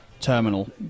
terminal